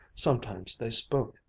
sometimes they spoke,